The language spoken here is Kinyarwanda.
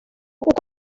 uko